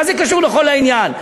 מה זה קשור לכל העניין?